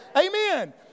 Amen